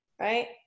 right